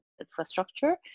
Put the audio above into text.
infrastructure